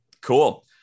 Cool